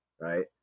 Right